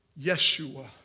Yeshua